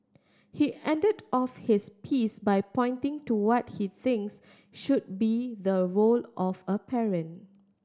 he ended off his piece by pointing to what he thinks should be the role of a parent